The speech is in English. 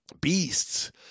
beasts